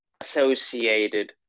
associated